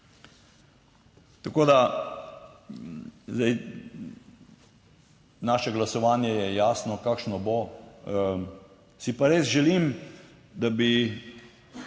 Tako da, zdaj naše glasovanje je jasno kakšno bo, si pa res želim, da bi